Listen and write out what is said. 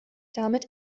damit